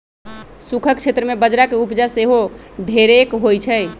सूखक क्षेत्र में बजरा के उपजा सेहो ढेरेक होइ छइ